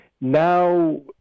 Now